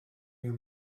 you